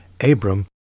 Abram